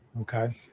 Okay